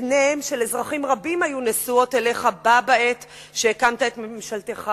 עיניהם של אזרחים רבים היו נשואות אליך בעת שהקמת את ממשלתך,